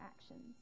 actions